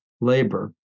labor